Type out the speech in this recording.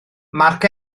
mark